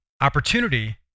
Opportunity